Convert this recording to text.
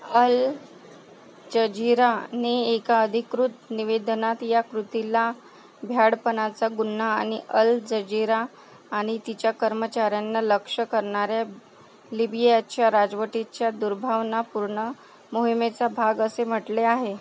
अल जझिराने एका अधिकृत निवेदनात या कृतीला भ्याडपणाचा गुन्हा आणि अल जझिरा आणि तिच्या कर्मचार्यांना लक्ष्य करणाऱ्या लिबियाच्या राजवटीच्या दुर्भावनापूर्ण मोहिमेचा भाग असे म्हटले आहे